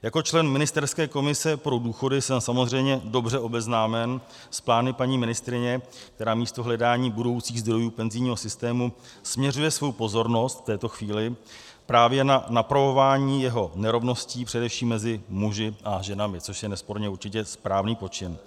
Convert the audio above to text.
Jako člen ministerské komise pro důchody jsem samozřejmě dobře obeznámen s plány paní ministryně, která místo hledání budoucích zdrojů penzijního systému směřuje svou pozornost v této chvíli právě na napravování jeho nerovností, především mezi muži a ženami, což je nesporně určitě správný počin.